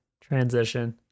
transition